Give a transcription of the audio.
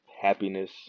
happiness